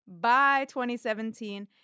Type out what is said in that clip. BY2017